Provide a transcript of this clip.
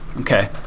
Okay